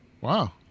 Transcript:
wow